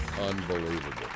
Unbelievable